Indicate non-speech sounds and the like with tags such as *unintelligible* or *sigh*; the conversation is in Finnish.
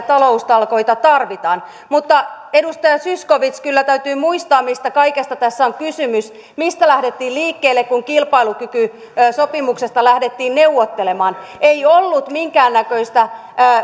*unintelligible* taloustalkoita tarvitaan mutta edustaja zyskowicz kyllä täytyy muistaa mistä kaikesta tässä on kysymys mistä lähdettiin liikkeelle kun kilpailukykysopimuksesta lähdettiin neuvottelemaan ei ollut minkäännäköistä